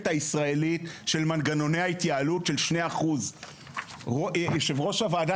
הישראלית של מנגנוני ההתייעלות של 2%. יושב-ראש הוועדה,